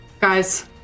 Guys